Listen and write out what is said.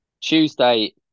Tuesday